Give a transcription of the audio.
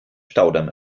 staudamm